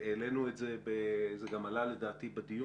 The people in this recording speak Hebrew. העלינו את זה ולדעתי זה גם עלה בדיון.